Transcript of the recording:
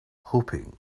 hoping